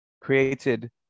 created